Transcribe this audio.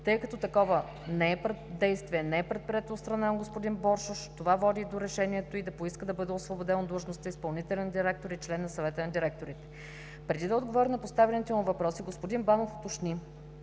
Тъй като такова не е предприето от страна на господин Боршош, това води до решението й да поиска да бъде освободен от длъжността „изпълнителен директор“ и член на Съвета на директорите. Преди да отговори на поставените му въпроси господин Банов уточни,